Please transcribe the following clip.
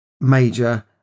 major